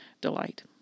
delight